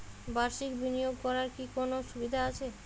বাষির্ক বিনিয়োগ করার কি কোনো সুবিধা আছে?